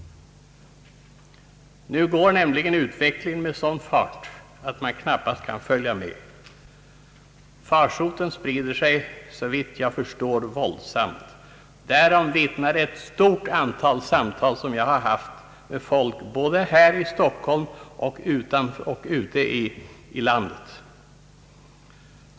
Nu går utvecklingen nämligen med sådan fart att man knappast hinner föl ja med. Farsoten sprider sig såvitt jag förstår våldsamt. Därom vittnar ett stort antal samtal som jag har haft både med folk här i Stockholm och ute i landet.